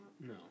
No